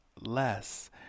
less